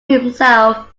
himself